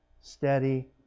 steady